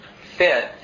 fit